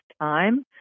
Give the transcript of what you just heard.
time